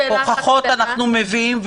הוכחות אנחנו מביאים,